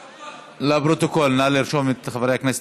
אבל זו רק דוגמה אחת, עמיתי חברי הכנסת,